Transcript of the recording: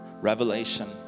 revelation